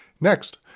Next